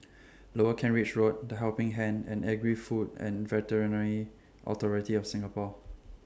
Lower Kent Ridge Road The Helping Hand and Agri Food and Veterinary Authority of Singapore